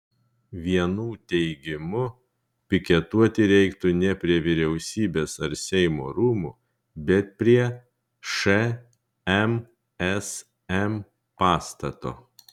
vienų teigimu piketuoti reiktų ne prie vyriausybės ar seimo rūmų bet prie šmsm pastato